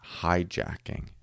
hijacking